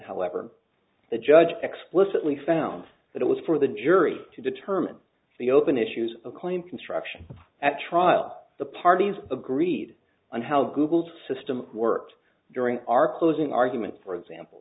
however the judge explicitly found that it was for the jury to determine the open issues a claim construction at trial the parties agreed on how google's system worked during our closing argument for example